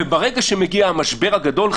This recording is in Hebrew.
וברגע שמגיע המשבר הגדול,